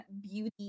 beauty